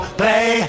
play